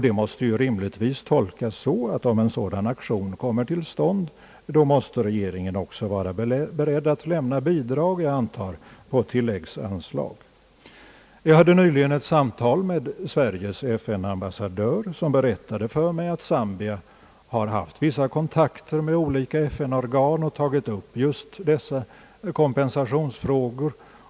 Det måste rimligtvis tolkas så, att om en dylik aktion kommer till stånd är regeringen också beredd att lämna bidrag; jag antar via tilläggsanslag. Jag hade nyligen ett samtal med Sveriges FN-ambassadör, som berättade för mig att Zambia haft vissa kontakter med olika FN-organ och tagit upp just dessa kompensationsfrågor.